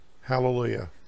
Hallelujah